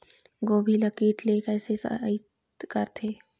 गोभी ल कीट ले कैसे सइत करथे?